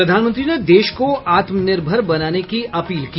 प्रधानमंत्री ने देश को आत्मनिर्भर बनाने की अपील की